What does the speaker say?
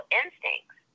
instincts